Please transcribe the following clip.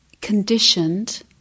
conditioned